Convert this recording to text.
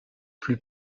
plus